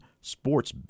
sports